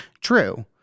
True